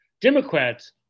Democrats